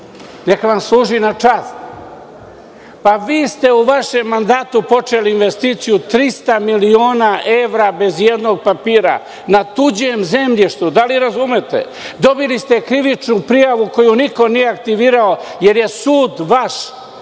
neka vam služi na čast. Vi ste u vašem mandatu počeli investiciju od 300 miliona evra bez ijednog papira na tuđem zemljištu. Dobili ste krivičnu prijavu koju niko nije aktivirao jer je sud vaš,